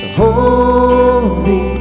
holy